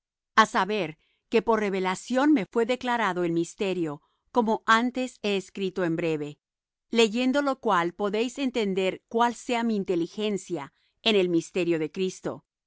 a saber que por revelación me fué declarado el misterio como antes he escrito en breve leyendo lo cual podéis entender cuál sea mi inteligencia en el misterio de cristo